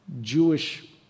Jewish